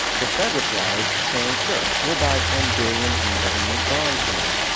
the fed replies saying sure, we'll buy ten billion in government bonds from you.